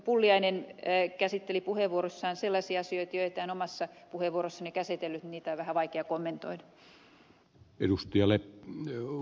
pulliainen käsitteli puheenvuorossaan sellaisia asioita joita en omassa puheenvuorossani käsitellyt niin niitä on vähän vaikea kommentoida